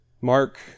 Mark